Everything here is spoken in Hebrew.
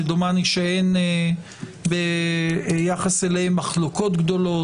שדומני שאין ביחס אליהם מחלוקות גדולות.